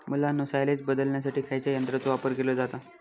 मुलांनो सायलेज बदलण्यासाठी खयच्या यंत्राचो वापर केलो जाता?